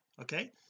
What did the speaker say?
okay